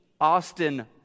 Austin